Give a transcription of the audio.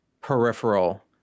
peripheral